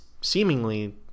seemingly